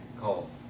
call